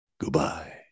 goodbye